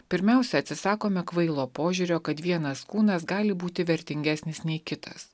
pirmiausia atsisakome kvailo požiūrio kad vienas kūnas gali būti vertingesnis nei kitas